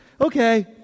Okay